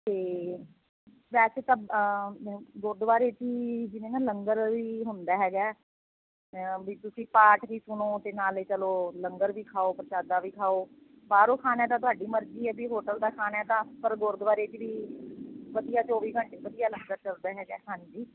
ਅਤੇ ਵੈਸੇ ਤਾ ਗੁਰਦੁਆਰੇ ਚ ਹੀ ਜਿਵੇਂ ਨਾ ਲੰਗਰ ਵੀ ਹੁੰਦਾ ਹੈਗਾ ਵੀ ਤੁਸੀਂ ਪਾਠ ਵੀ ਸੁਣੋ ਅਤੇ ਨਾਲੇ ਚਲੋ ਲੰਗਰ ਵੀ ਖਾਓ ਪ੍ਰਸ਼ਾਦਾ ਵੀ ਖਾਓ ਬਾਹਰੋਂ ਖਾਣਾ ਤਾਂ ਤੁਹਾਡੀ ਮਰਜ਼ੀ ਹੈ ਵੀ ਹੋਟਲ ਦਾ ਖਾਣੇ ਤਾਂ ਪਰ ਗੁਰਦੁਆਰੇ 'ਚ ਵੀ ਵਧੀਆ ਚੌਵੀ ਘੰਟੇ ਵਧੀਆ ਲੰਗਰ ਚੱਲਦਾ ਹੈਗਾ ਹਾਂਜੀ